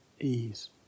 ease